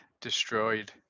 destroyed